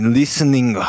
listening